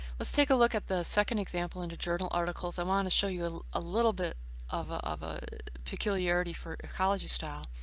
let's take a look at the second example and for journal articles. i want to show you a a little bit of a of a peculiarity for ecology style.